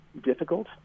difficult